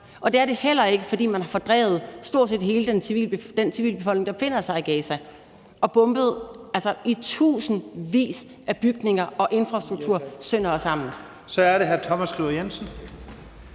og det er den heller ikke, fordi man har fordrevet stort set hele den civilbefolkning, der befinder sig i Gaza, og bombet i tusindvis af bygninger og infrastruktur sønder og sammen. Kl. 10:15 Første næstformand